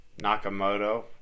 Nakamoto